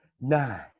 nine